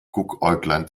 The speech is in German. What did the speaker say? guckäuglein